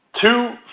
two